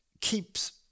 keeps